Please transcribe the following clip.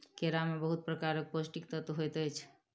केरा में बहुत प्रकारक पौष्टिक तत्व होइत अछि